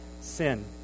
sin